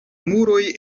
muroj